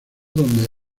donde